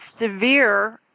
severe